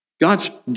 God's